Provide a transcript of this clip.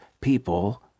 people